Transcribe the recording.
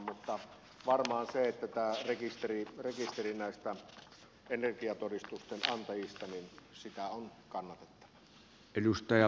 mutta varmaan rekisteri energiatodistusten antajista on kannatettava